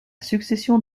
succession